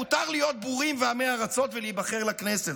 מותר להיות בורים ועמי ארצות ולהיבחר לכנסת,